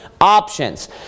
options